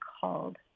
called